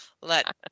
let